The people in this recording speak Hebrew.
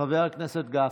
חבר הכנסת גפני.